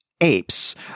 apes